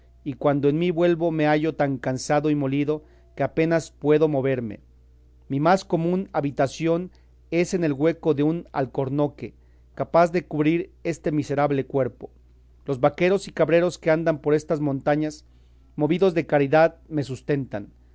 y cuando en mí vuelvo me hallo tan cansado y molido que apenas puedo moverme mi más común habitación es en el hueco de un alcornoque capaz de cubrir este miserable cuerpo los vaqueros y cabreros que andan por estas montañas movidos de caridad me sustentan